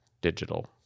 digital